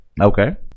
Okay